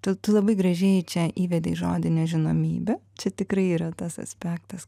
tu tu labai gražiai čia įvedei žodį nežinomybė čia tikrai yra tas aspektas